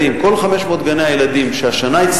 ומי שנגד זה הסרה.